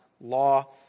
law